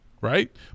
right